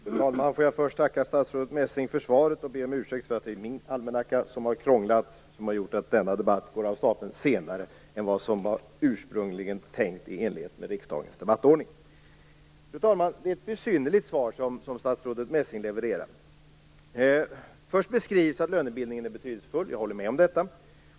Fru talman! Jag får först tacka statsrådet Messing för svaret och be om ursäkt för att det är min krånglande almanacka som har gjort att denna debatt går av stapeln senare än vad som ursprungligen var tänkt i enlighet med riksdagens debattordning. Fru talman! Det är ett besynnerligt svar som statsrådet Messing levererar. Först beskrivs att lönebildningen är betydelsefull. Jag håller med om detta.